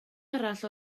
arall